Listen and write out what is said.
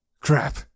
Crap